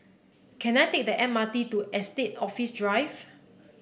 can I take the M R T to Estate Office Drive